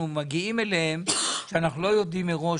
מגיעים אליהם בלי שאנחנו יודעים עליו מראש.